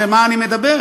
על מה אני מדבר,